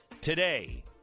today